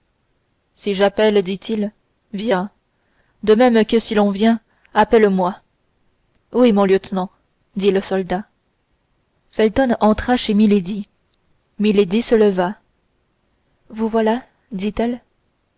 si j'appelle dit-il viens de même que si l'on vient appellemoi oui mon lieutenant dit le soldat felton entra chez milady milady se leva vous voilà dit-elle